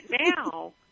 now